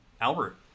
Albert